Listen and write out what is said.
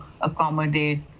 accommodate